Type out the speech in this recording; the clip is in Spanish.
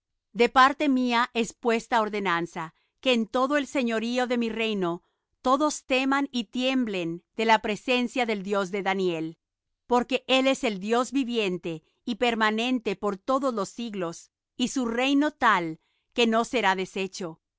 de parte mía es puesta ordenanza que en todo el señorío de mi reino todos teman y tiemblen de la presencia del dios de daniel porque él es el dios viviente y permanente por todos los siglos y su reino tal que no será desecho